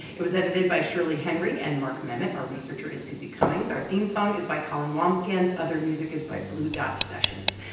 it was edited by shirley henry and mark memmott. our researcher is suzy cummings. our theme song is by colin wambsgans. other music is by blue dot sessions.